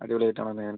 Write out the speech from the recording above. അടിപൊളി ആയിട്ടാണ് അല്ലേ